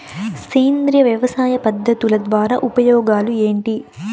సేంద్రియ వ్యవసాయ పద్ధతుల ద్వారా ఉపయోగాలు ఏంటి?